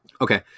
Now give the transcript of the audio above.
okay